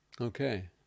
Okay